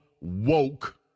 woke